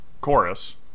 chorus